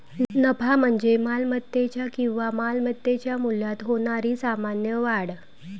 नफा म्हणजे मालमत्तेच्या किंवा मालमत्तेच्या मूल्यात होणारी सामान्य वाढ